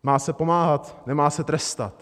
Má se pomáhat, nemá se trestat.